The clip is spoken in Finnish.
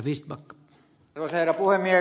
arvoisa herra puhemies